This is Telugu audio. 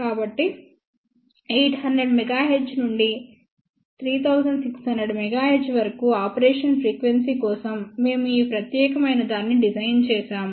కాబట్టి 800 MHz నుండి 3600 MHz వరకు ఆపరేషన్ ఫ్రీక్వెన్సీ కోసం మేము ఈ ప్రత్యేకమైనదాన్ని డిజైన్ చేసాము